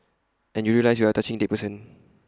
and you realise you are touching A dead person